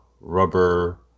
rubber